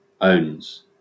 owns